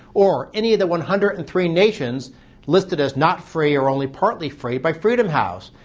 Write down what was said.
or any of the one hundred and three nations listed as not free, or only partly free, by freedom house.